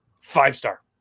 five-star